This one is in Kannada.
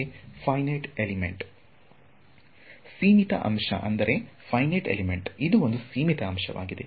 ವಿದ್ಯಾರ್ಥಿ ಫಿನೈಟ್ ಎಲೆಮೆಂಟ್ ಸೀಮಿತ ಅಂಶ ಫಿನೈಟ್ ಎಲೆಮೆಂಟ್ ಇದು ಒಂದು ಸೀಮಿತ ಅಂಶವಾಗಿದೆ